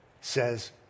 says